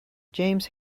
james